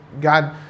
God